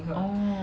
oh